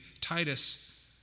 Titus